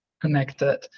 connected